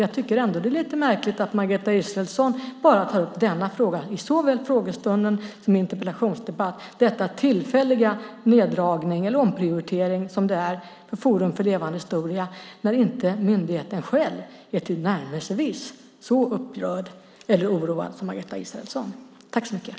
Jag tycker att det är lite märkligt att Margareta Israelsson bara tar upp denna fråga i såväl frågestunder som interpellationsdebatter, denna tillfälliga neddragning eller omprioritering för Forum för levande historia, när myndigheten själv inte är tillnärmelsevis så upprörd eller oroad som Margareta Israelsson.